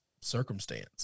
circumstance